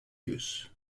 use